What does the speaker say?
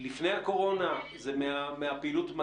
את כל הדברים שמועברים לעסקים, המסרים שלנו החוצה,